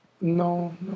No